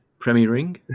premiering